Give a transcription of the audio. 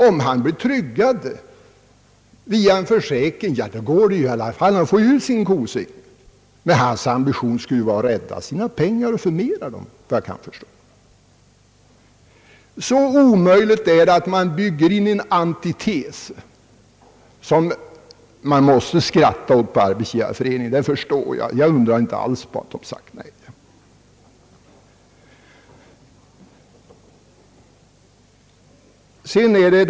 Om han blir tryggad genom en försäkring, ja då går det ju i alla fall, han får ut sin »kosing». Men hans ambition skulle ju vara att rädda sina pengar och öka dem, efter vad jag kan förstå. Så omöjligt är det att här försöka bygga in en antites, vilken jag förstår att man måste skratta åt på Arbetsgivareföreningen. Jag undrar inte alls över att den har sagt nej till denna tanke.